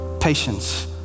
patience